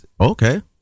Okay